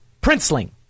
princeling